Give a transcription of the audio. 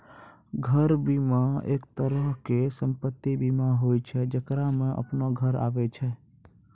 घर बीमा, एक तरहो के सम्पति बीमा होय छै जेकरा मे अपनो घर आबै छै